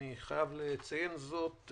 אני חייב לציין זאת,